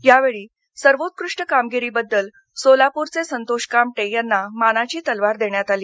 यावेळी सर्वोत्कृष्ट कामगिरीबद्दल सोलापूरचे संतोष कामटे यांना मानाची तलवार देण्यात आली